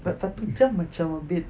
but satu jam macam a bit